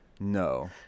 no